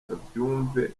babyumve